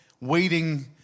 waiting